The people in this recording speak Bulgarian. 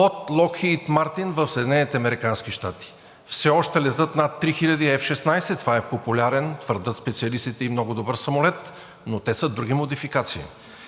американски щати. Все още летят над 3000 F-16 – това е популярен, твърдят специалистите, и много добър самолет, но те са друга модификация.